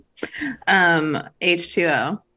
h2o